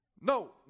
no